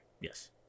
Yes